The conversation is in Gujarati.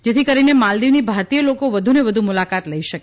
જેથી કરીને માલદિવની ભારતીય લોકો વધુને વધુ મુલાકાત લઇ શકે